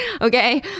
Okay